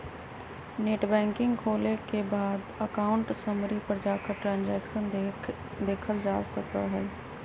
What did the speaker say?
net banking खोले के बाद अकाउंट समरी पर जाकर ट्रांसैक्शन देखलजा सका हई